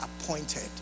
appointed